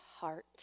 heart